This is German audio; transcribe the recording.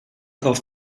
auf